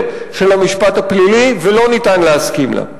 של המשפט הפלילי ולא ניתן להסכים לה".